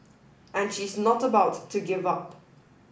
and she's not about to give up